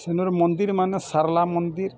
ସେନର୍ ମନ୍ଦିରମାନେ ସାରଲା ମନ୍ଦିର୍